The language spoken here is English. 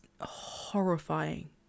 horrifying